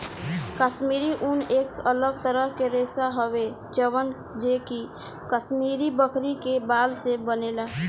काश्मीरी ऊन एक अलग तरह के रेशा हवे जवन जे कि काश्मीरी बकरी के बाल से बनेला